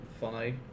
funny